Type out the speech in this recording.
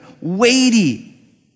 weighty